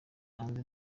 hanze